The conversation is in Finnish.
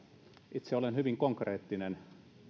itse olen hyvin konkreettinen